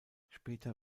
später